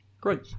Great